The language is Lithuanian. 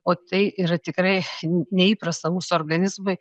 o tai yra tikrai neįprasta mūsų organizmui